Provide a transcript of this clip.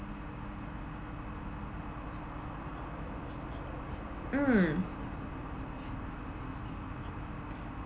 mm